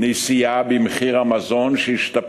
אחד המשרת